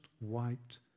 wiped